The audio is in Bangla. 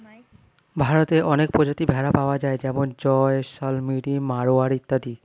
ভারতে অনেক প্রজাতির ভেড়া পাওয়া যায় যেমন জয়সলমিরি, মারোয়ারি ইত্যাদি